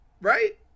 Right